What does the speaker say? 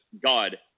God